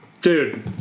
Dude